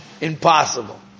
Impossible